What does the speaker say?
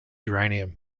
uranium